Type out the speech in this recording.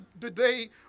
today